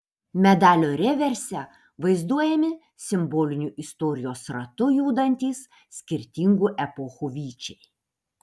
medalio reverse vaizduojami simboliniu istorijos ratu judantys skirtingų epochų vyčiai